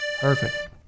perfect